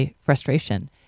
frustration